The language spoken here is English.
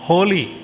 Holy